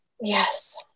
Yes